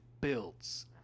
builds